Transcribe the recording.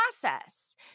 process